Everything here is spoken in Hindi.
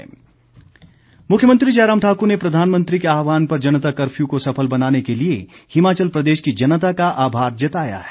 आभार मुख्यमी जयराम ठाकुर ने प्रधानमंत्री के आहवान पर जनता कर्फ्यू को सफल बनाने के लिए हिमाचल प्रदेश की जनता का आभार जताया है